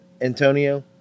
Antonio